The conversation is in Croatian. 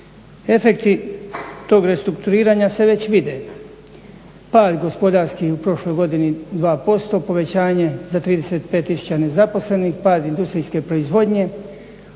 Efekti tog restrukturiranja se već vide, pad gospodarski u prošloj godini 2%, povećanje za 35 000 nezaposlenih, pad industrijske proizvodnje.